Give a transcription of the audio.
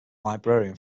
librarian